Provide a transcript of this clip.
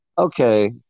okay